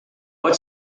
what